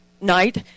night